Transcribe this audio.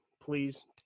please